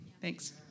Thanks